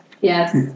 Yes